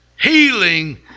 healing